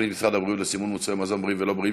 משרד הבריאות לסימון מוצרי מזון בריאים ולא בריאים,